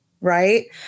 Right